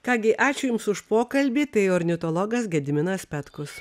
ką gi ačiū jums už pokalbį tai ornitologas gediminas petkus